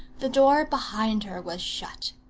the door behind her was shut.